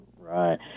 right